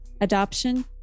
adoption